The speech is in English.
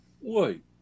wait